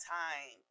time